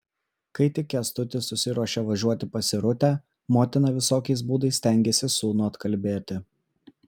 kai tik kęstutis susiruošė važiuoti pas irutę motina visokiais būdais stengėsi sūnų atkalbėti